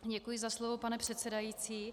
Děkuji za slovo, pane předsedající.